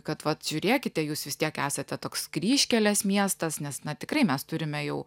kad vat žiūrėkite jūs vis tiek esate toks kryžkelės miestas nes na tikrai mes turime jau